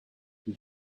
you